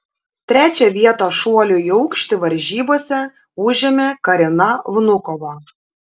trečią vietą šuolių į aukštį varžybose užėmė karina vnukova